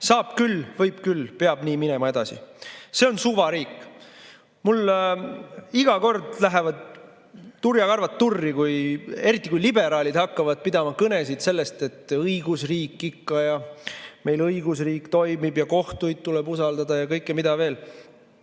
Saab küll, võib küll, peab nii minema edasi! See on suvariik. Mul iga kord lähevad turjakarvad turri, eriti kui liberaalid hakkavad pidama kõnesid sellest, et õigusriik ikka, meil õigusriik toimib ja kohtuid tuleb usaldada ja mida kõike veel.